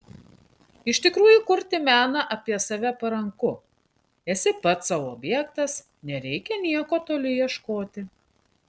iš tikrųjų kurti meną apie save paranku esi pats sau objektas nereikia nieko toli ieškoti